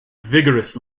vigorous